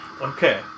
Okay